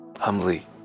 humbly